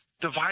divide